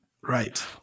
Right